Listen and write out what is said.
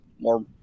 More